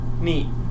Neat